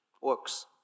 Works